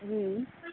ம்